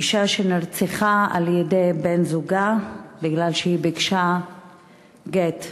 אישה שנרצחה על-ידי בן-זוגה מפני שביקשה גט.